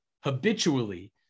habitually